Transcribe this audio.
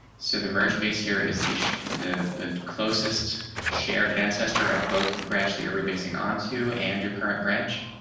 so the merge base here is the the the closest shared ancestor of both the branch that you're basing on to and your current branch.